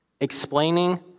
explaining